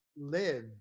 live